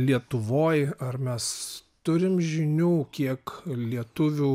lietuvoj ar mes turim žinių kiek lietuvių